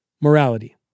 Morality